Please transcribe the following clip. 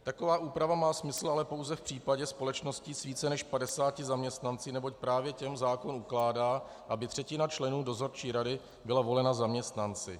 Taková úprava má smysl ale pouze v případě společností s více než 50 zaměstnanci, neboť právě těm zákon ukládá, aby třetina členů dozorčí rady byla volena zaměstnanci.